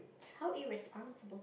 how irresponsible